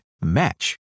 match